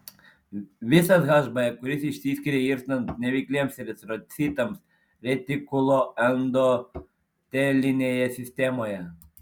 visas hb kuris išsiskiria irstant neveikliems eritrocitams retikuloendotelinėje sistemoje